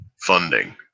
funding